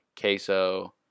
Queso